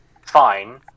fine